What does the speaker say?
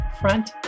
Front